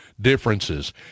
differences